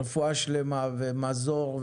רפואה שלמה ומזור.